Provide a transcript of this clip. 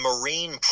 marine